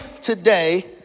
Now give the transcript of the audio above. today